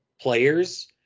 players